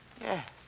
Yes